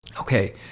Okay